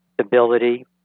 stability